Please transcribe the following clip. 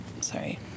Sorry